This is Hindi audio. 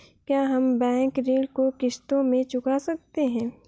क्या हम बैंक ऋण को किश्तों में चुका सकते हैं?